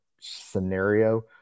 scenario